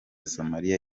somalia